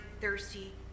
thirsty